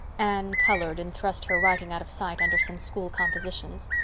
anne colored, and thrust her writing out of sight under some school compositions.